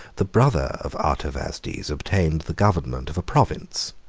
the brother of artavasdes obtained the government of a province.